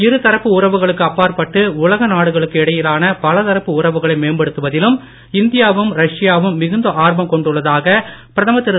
இரு தரப்பு உறவுகளுக்கு அப்பாற்பட்டு உலக நாடுகளுக்கு இடையிலான பல தரப்பு உறவுகளை மேம்படுத்துவதிலும் இந்தியாவும் ரஷ்யாவும் மிகுந்த ஆர்வம் கொண்டுள்ளதாக பிரதமர் திரு